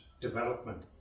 development